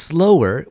Slower